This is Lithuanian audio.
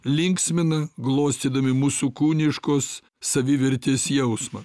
linksmina glostydami mūsų kūniškos savivertės jausmą